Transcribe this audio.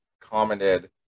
commented